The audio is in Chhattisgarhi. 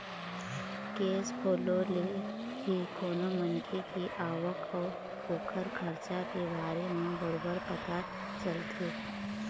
केस फोलो ले ही कोनो मनखे के आवक अउ ओखर खरचा के बारे म बरोबर पता चलथे